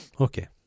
okay